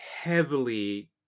heavily